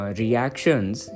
reactions